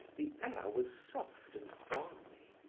the air was soft and balmy.